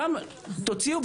אותם תוציאו,